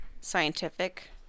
scientific